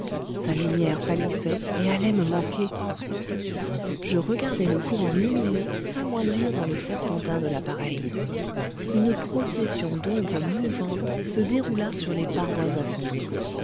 sa lumière pâlissait et allait me manquer je regardai le courant lumineux s'amoindrir dans le serpentin de l'appareil une procession d'ombres mouvantes se déroula sur les parois assombries